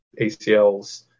ACLs